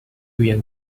young